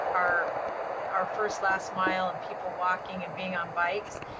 our our first last mile and people walking and being on bikes.